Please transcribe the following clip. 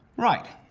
right.